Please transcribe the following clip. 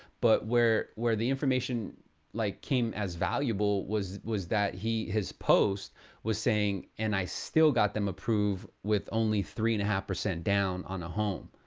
but where where the information like came as valuable, was was that his post was saying, and i still got them approved with only three and a half percent down on home,